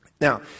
Now